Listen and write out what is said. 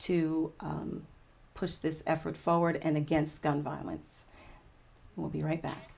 to push this effort forward and against gun violence we'll be right back